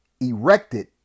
erected